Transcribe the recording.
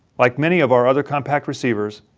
like many of our other compact receivers,